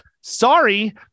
Sorry